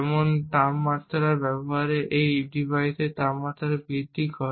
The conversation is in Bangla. যেমন তাপমাত্রার ব্যবহার একটি ডিভাইসের তাপমাত্রা বৃদ্ধি করে